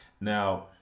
now